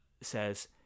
says